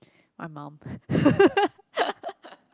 my mum